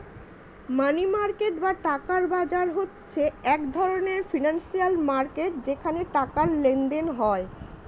মানি market বা টাকার বাজার হচ্ছে এক ধরণের ফিনান্সিয়াল মার্কেট যেখানে টাকার লেনদেন হয়